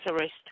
arrest